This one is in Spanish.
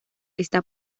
está